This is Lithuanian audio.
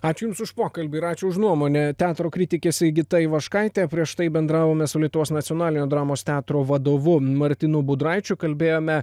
ačiū jums už pokalbį ir ačiū už nuomonę teatro kritikė sigita ivaškaitė prieš tai bendravome su lietuvos nacionalinio dramos teatro vadovu martynu budraičiu kalbėjome